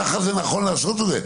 כך נכון לעשות את זה.